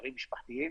קשרים משפחתיים.